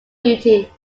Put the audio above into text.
duty